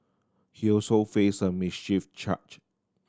he also face a mischief charge